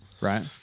right